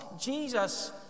Jesus